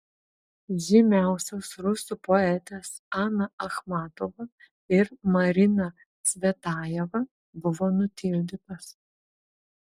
žymiausios rusų poetės ana achmatova ir marina cvetajeva buvo nutildytos